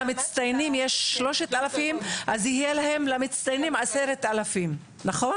למצטיינים יש 3,000 אז יהיה להם למצטיינים 10,000 נכון?